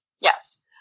Yes